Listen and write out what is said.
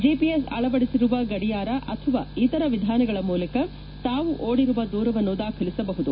GPS ಅಳವಡಿಸಿರುವ ಗಡಿಯಾರ ಅಥವಾ ಇತರ ವಿಧಾನಗಳ ಮೂಲಕ ತಾವು ಓಡಿರುವ ದೂರವನ್ನು ದಾಖಲಿಸಬಹುದು